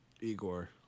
Igor